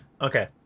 Okay